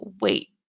wait